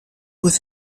with